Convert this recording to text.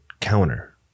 counter